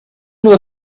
were